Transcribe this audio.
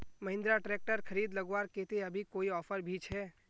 Mahindra tractor खरीद लगवार केते अभी कोई ऑफर भी छे?